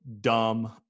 dumb